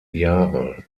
jahre